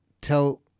tell